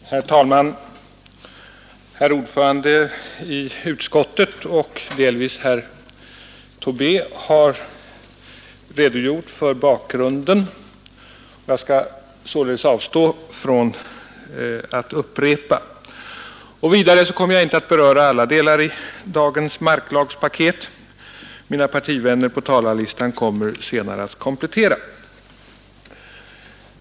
Herr talman! Herr ordföranden i utskottet och delvis även herr Tobé har redogjort för bakgrunden. Jag skall således avstå från att upprepa det. Vidare kommer jag inte att beröra alla delar i dagens marklagspaket. Mina partivänner på talarlistan kommer senare att komplettera mig.